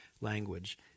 language